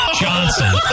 Johnson